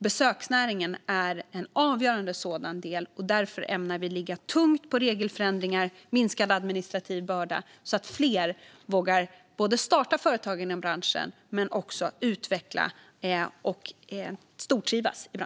Besöksnäringen är en sådan väg, och därför ämnar regeringen driva på regelförändringar för minskad administrativ börda så att fler vågar starta företag, utveckla branschen och stortrivas där.